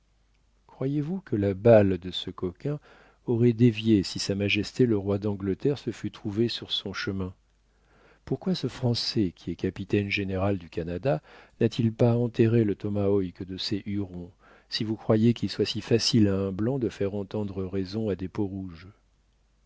croyez-vous que la balle de ce coquin aurait dévié si sa majesté le roi d'angleterre se fût trouvée sur son chemin pourquoi ce français qui est capitaine général du canada nat il pas enterré le tomahawk de ses hurons si vous croyez qu'il soit si facile à un blanc de faire entendre raison à des peauxrouges